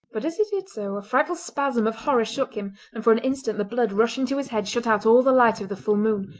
but as he did so a frightful spasm of horror shook him, and for an instant the blood rushing to his head shut out all the light of the full moon.